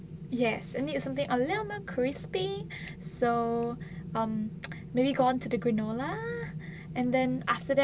yes I need something a little bit crispy so um maybe go on to the granola and then after that